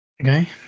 Okay